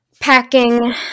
Packing